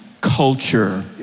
culture